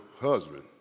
husband